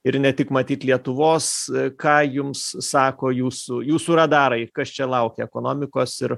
ir ne tik matyt lietuvos ką jums sako jūsų jūsų radarai kas čia laukia ekonomikos ir